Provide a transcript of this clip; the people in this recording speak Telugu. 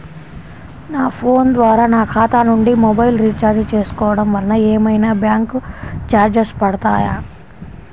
నా ఫోన్ ద్వారా నా ఖాతా నుండి మొబైల్ రీఛార్జ్ చేసుకోవటం వలన ఏమైనా బ్యాంకు చార్జెస్ పడతాయా?